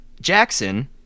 Jackson